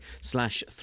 slash